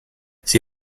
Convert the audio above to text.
sie